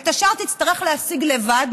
את השאר תצטרך להשיג לבד.